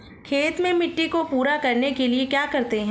खेत में मिट्टी को पूरा करने के लिए क्या करते हैं?